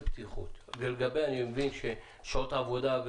ואני מבין לגבי שעות העבודה,